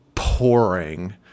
pouring